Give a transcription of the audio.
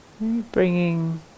bringing